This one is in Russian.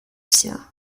все